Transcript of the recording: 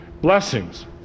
blessings